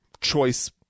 choice